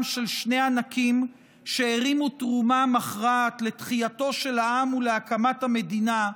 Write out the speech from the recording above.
של שני ענקים שהרימו תרומה מכרעת לתחייתו של העם ולהקמת המדינה,